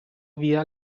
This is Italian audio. via